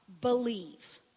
Believe